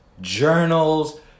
journals